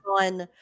on